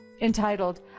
entitled